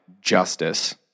justice